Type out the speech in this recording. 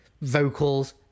vocals